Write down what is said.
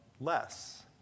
less